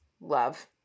Love